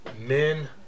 Men